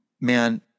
Man